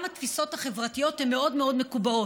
גם התפיסות החברתיות הן מאוד מאוד מקובעות,